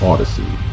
Odyssey